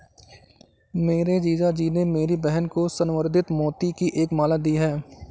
मेरे जीजा जी ने मेरी बहन को संवर्धित मोती की एक माला दी है